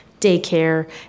daycare